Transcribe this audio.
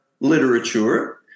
literature